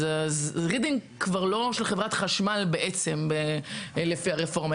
רידינג כבר לא של חברת חשמל לפי הרפורמה,